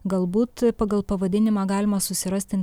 galbūt pagal pavadinimą galima susirasti